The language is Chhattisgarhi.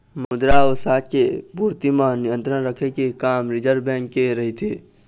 मद्रा अउ शाख के पूरति म नियंत्रन रखे के काम रिर्जव बेंक के रहिथे